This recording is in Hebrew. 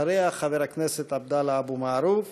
אחריה, חברי הכנסת עבדאללה אבו מערוף,